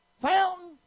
fountain